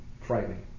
frightening